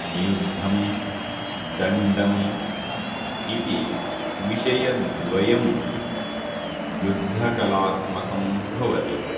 नियुद्धं दण्डम् इति विषयद्वयं युद्धकलात्मकं भवति